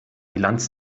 bilanz